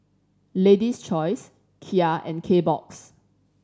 Lady's Choice Kia and Kbox